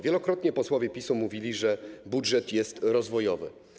Wielokrotnie posłowie PiS-u mówili, że budżet jest rozwojowy.